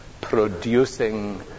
producing